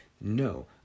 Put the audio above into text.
No